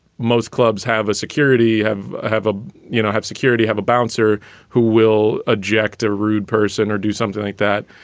most clubs have a security, have have a you know, have security, have a bouncer who will objective rude person or do something like that.